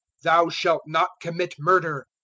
thou shalt not commit murder',